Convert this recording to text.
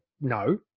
no